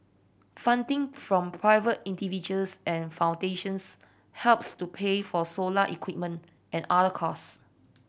funding from private individuals and foundations helps to pay for solar equipment and other cost